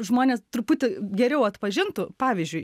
žmonės truputį geriau atpažintų pavyzdžiui